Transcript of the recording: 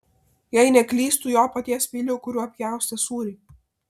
jei neklystu jo paties peiliu kuriuo pjaustė sūrį